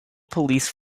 police